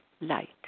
light